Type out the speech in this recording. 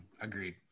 Agreed